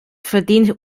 verdient